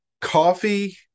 Coffee